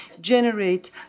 generate